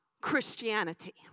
Christianity